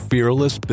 Fearless